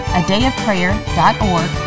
adayofprayer.org